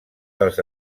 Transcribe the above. dels